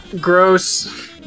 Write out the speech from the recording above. Gross